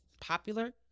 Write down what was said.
popular